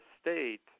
state